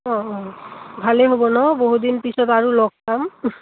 অঁ অঁ ভালেই হ'ব ন বহুদিন পিছত আৰু লগ পাম